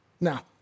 Now